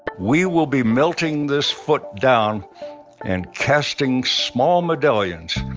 we will be melting this foot down and casting small medallions,